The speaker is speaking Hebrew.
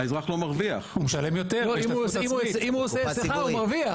אם הוא עושה אצלך הוא מרוויח.